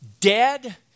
dead